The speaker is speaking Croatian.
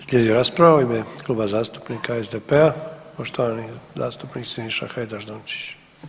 Slijedi rasprava u ime Kluba zastupnika SDP-a, poštovani zastupnik Siniša Hajdaš Dončić.